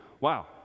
wow